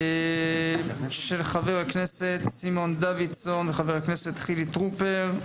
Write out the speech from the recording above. של חבר הכנסת סימון דוידסון וחבר הכנסת חילי טרופר,